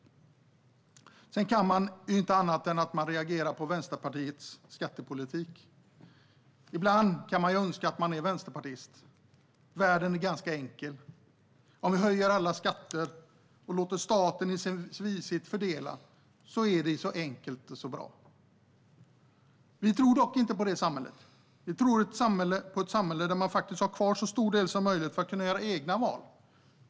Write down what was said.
Sedan kan man inte annat än reagera på Vänsterpartiets skattepolitik. Ibland skulle man önska att man var vänsterpartist. Världen är ganska enkel. Om vi höjer alla skatter och låter staten fördela blir det så enkelt och så bra. Vi tror dock inte på det samhället. Vi tror på ett samhälle där man har kvar så stor del som möjligt för att kunna göra egna val.